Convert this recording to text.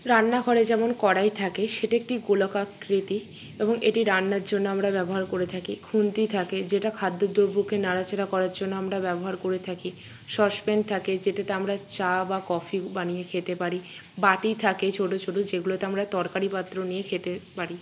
রান্নাঘরে যেমন কড়াই থাকে সেটি একটি গোলকাকৃতি এবং এটি রান্নার জন্য আমরা ব্যবহার করে থাকি খুন্তি থাকে যেটা খাদ্য দ্রব্যকে নাড়া চাড়া করার জন্য আমরা ব্যবহার করে থাকি সসপেন থাকে যেটাতে আমরা চা বা কফি বানিয়ে খেতে পারি বাটি থাকে ছোটো ছোটো যেগুলোতে আমরা তরকারি পাত্র নিয়ে খেতে পারি